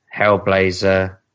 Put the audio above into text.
Hellblazer